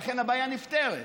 ולכן בעייתם נפתרת.